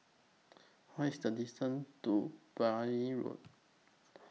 What IS The distance to Beaulieu Road